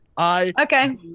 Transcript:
Okay